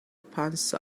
panza